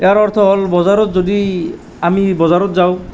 ইয়াৰ অৰ্থ হ'ল বজাৰত যদি আমি বজাৰত যাওঁ